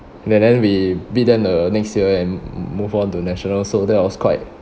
and then we beat them the next year and moved on to national so that was quite